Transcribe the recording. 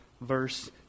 verse